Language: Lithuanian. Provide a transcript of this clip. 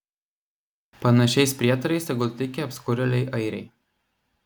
panašiais prietarais tegul tiki apskurėliai airiai